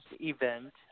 event